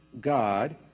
God